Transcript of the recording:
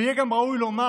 ויהיה גם ראוי לומר